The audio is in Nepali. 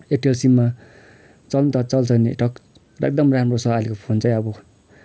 एयरटेल सिममा चल्नु त चल्छ नेटवर्क एकदम राम्रो छ अहिलेको फोन चाहिँ अब